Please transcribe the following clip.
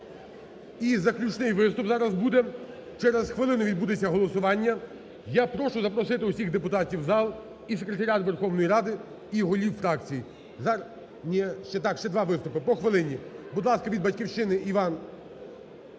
І заключний виступ зараз буде. Через хвилину відбудеться голосування. Я прошу запросити всіх депутатів в зал і секретаріат Верховної Ради, і голів фракцій. Ні, ще, так, ще два виступи по хвилині. Будь ласка, від "Батьківщини" Іван Крулько.